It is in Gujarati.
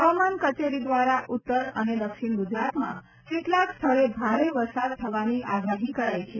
હવામાન કચેરી દ્વારા ઉત્તર અને દક્ષિણ ગુજરાતમાં કેટલાક સ્થળે ભારે વરસાદના થવાની આગાહી કરાઇ છે